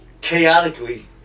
chaotically